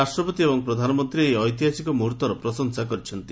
ରାଷ୍ଟ୍ରପତି ଏବଂ ପ୍ରଧାନମନ୍ତ୍ରୀ ଏହି ଐତିହାସିକ ମୁହୂର୍ତ୍ତର ପ୍ରଶଂସା କରିଛନ୍ତି